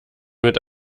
mit